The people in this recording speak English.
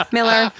Miller